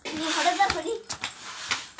Utility bill ನಿಂದ್ ನಮಗೇನ ಲಾಭಾ?